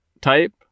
type